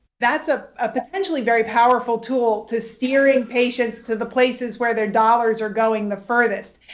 that's ah a potentially very powerful tool to steering patients to the places where their dollars are going the furthest.